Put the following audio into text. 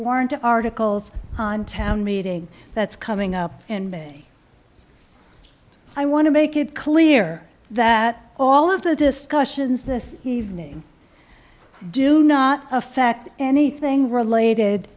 warrant articles on town meeting that's coming up in me i want to make it clear that all of the discussions this evening do not affect anything related